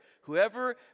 whoever